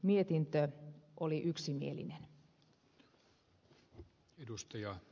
mietintö oli yksimielinen